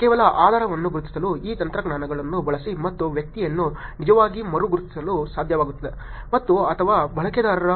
ಕೇವಲ ಆಧಾರವನ್ನು ಗುರುತಿಸಲು ಈ ತಂತ್ರಗಳನ್ನು ಬಳಸಿ ಮತ್ತು ವ್ಯಕ್ತಿಯನ್ನು ನಿಜವಾಗಿ ಮರು ಗುರುತಿಸಲು ಸಾಧ್ಯವಾಗುತ್ತದೆ ಮತ್ತು ಅಥವಾ ಬಳಕೆದಾರರ